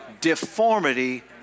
deformity